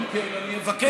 אם כן, אני אבקש.